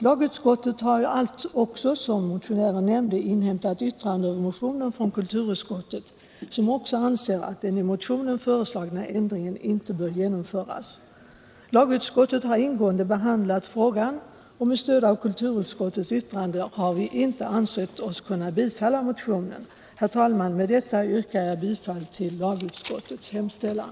Lagutskottet har även, som motioniiren nämnde, inhämtat yttrande över motionen från kulturutskottet, som också anser att den i motionen föreslagna ändringen inte bör införas. Lagutskottet har ingående behandlat frågan, och med stöd av kulturutskottets yttrande har vi inte ansett oss kunna bifalla motionen. Herr talman! Med detta yrkar jag bifall till lagutskottets hemställan.